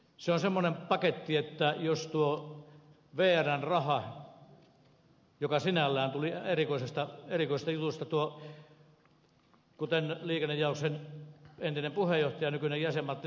se on semmoinen paketti tuo vrn raha joka sinällään tuli erikoisesta jutusta kuten liikennejaoksen entinen puheenjohtaja nykyinen jäsen ed